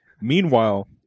Meanwhile